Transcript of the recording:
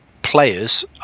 players